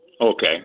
Okay